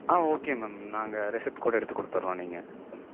ஆ okay ma'am நாங்கள் receipt கூட எடுத்து கொடுத்துர்றோம் நீங்கள்